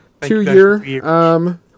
Two-year